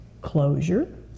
closure